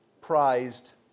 prized